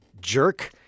jerk